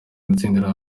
gutsindira